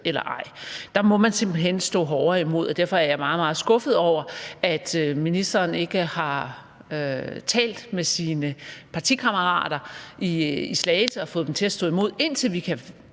Der må man simpelt hen stå hårdere imod, og derfor er jeg meget, meget skuffet over, at ministeren ikke har talt med sine partikammerater i Slagelse og fået dem til at stå imod, indtil vi kan